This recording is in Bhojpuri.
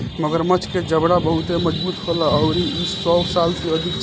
मगरमच्छ के जबड़ा बहुते मजबूत होला अउरी इ सौ साल से अधिक जिएला